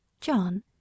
john